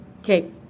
okay